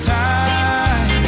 time